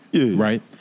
right